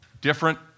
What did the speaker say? Different